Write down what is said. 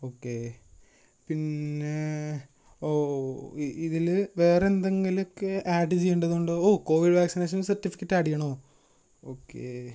okay പിന്നെ ഓ ഇ ഇതിൽ വേറെ എന്തെങ്കിലൊക്കെ അഡ് ചെയ്യേണ്ടതുണ്ടോ ഓ കോവിഡ് വാക്സിനേഷൻ സർട്ടിഫിക്കറ്റ് ആഡ് ചെയ്യണോ ഓക്കെ